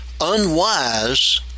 unwise